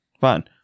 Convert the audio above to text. fine